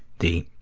the